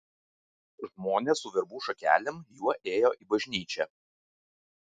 žmonės su verbų šakelėm juo ėjo į bažnyčią